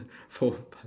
four five